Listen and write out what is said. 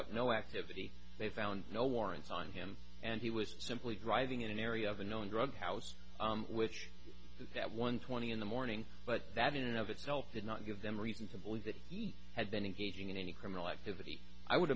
up no activity they found no warrants on him and he was simply driving in an area of a known drug house which is at one twenty in the morning but that in and of itself did not give them reason to believe that he had been engaging in any criminal activity i would